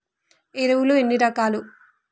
ఎరువులు ఎన్ని రకాలు?